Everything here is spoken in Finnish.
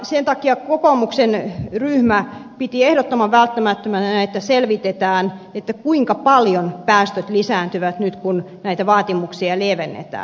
sen takia kokoomuksen ryhmä piti ehdottoman välttämättömänä että selvitetään kuinka paljon päästöt lisääntyvät nyt kun näitä vaatimuksia lievennetään